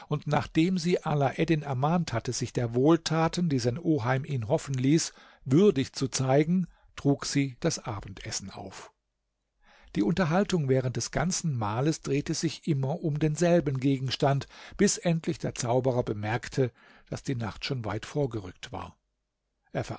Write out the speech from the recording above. und nachdem sie alaeddin ermahnt hatte sich der wohltaten die sein oheim ihn hoffen ließ würdig zu zeigen trug sie das abendessen auf die unterhaltung während des ganzen mahles drehte sich immer um denselben gegenstand bis endlich der zauberer bemerkte daß die nacht schon weit vorgerückt war